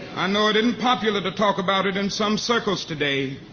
i know it isn't popular to talk about it in some circles today.